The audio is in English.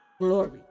glory